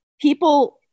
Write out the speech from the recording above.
people